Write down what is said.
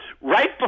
Right